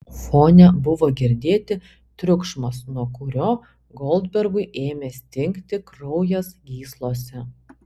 fone buvo girdėti triukšmas nuo kurio goldbergui ėmė stingti kraujas gyslose